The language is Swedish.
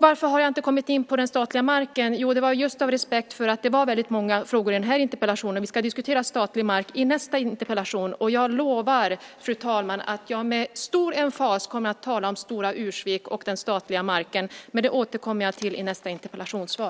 Varför har jag inte kommit in på frågan om den statliga marken? Det är av respekt för att det har varit många frågor i denna interpellation. Vi ska diskutera frågan om statlig mark i samband med nästa interpellation. Jag lovar, fru talman, att jag med stor emfas kommer att tala om Stora Ursvik och den statliga marken. Det återkommer jag till i nästa interpellationsdebatt.